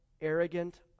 arrogant